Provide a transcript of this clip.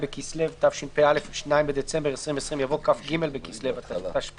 התשפ"א-2020 והצעת